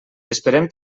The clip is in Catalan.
esperem